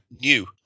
new